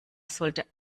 sollte